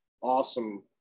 awesome